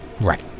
right